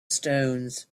stones